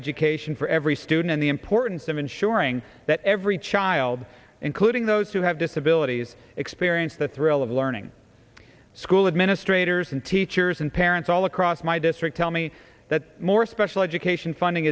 education for every student and the importance of suring that every child including those who have disabilities experience the thrill of learning school administrators and teachers and parents all across my district tell me that more special education funding